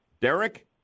Derek